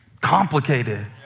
complicated